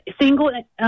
Single